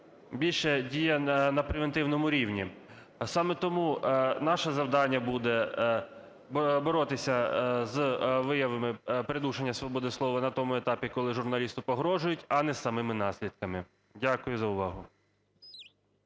більша дія на превентивному рівні. Саме тому наше завдання буде боротися з виявами придушення свободи слова на тому етапі, коли журналісту погрожують, а не з самими наслідками. Дякую за увагу.